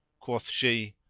quoth she,